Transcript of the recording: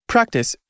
Practice